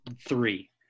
three